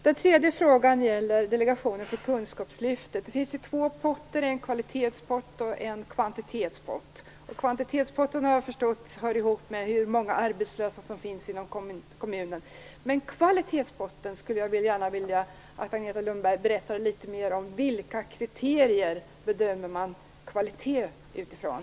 Den tredje frågan gäller delegationen för kunskapslyftet. Det finns två potter: en kvalitetspott och en kvantitetspott. Jag har förstått att kvantitetspotten har samband med hur många arbetslösa som finns inom kommunen, men jag skulle gärna vilja att Agneta Lundberg berättade litet mer om efter vilka kriterier som man bedömer kvaliteten.